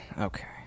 Okay